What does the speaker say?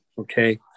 Okay